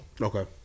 Okay